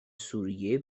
سوریه